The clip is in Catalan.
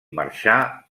marxà